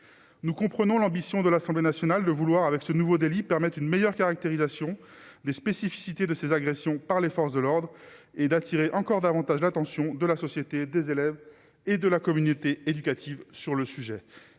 nous comprenons l'ambition de l'Assemblée nationale de vouloir avec ce nouveau délit permettent une meilleure caractérisation des spécificités de ces agressions par les forces de l'ordre et d'attirer encore davantage l'attention de la société des élèves et de la communauté éducative sur le sujet,